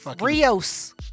Rios